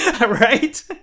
Right